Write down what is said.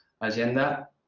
agenda